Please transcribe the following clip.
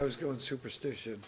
i was going superstition